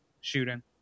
shooting